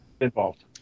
involved